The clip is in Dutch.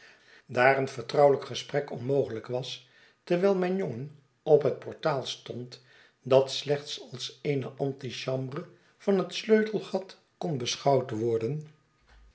daar een vertrouwelijk gesprek onmogelijk was terwijl mijn jongen op het portaal stond dat slechts als eene antichambre van het sleutelgat kon beschouwd worden